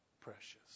precious